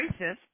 racist